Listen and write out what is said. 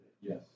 yes